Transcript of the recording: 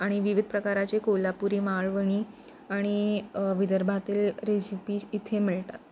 आणि विविध प्रकारचे कोल्हापुरी मालवणी आणि विदर्भातील रेसिपीज इथे मिळतात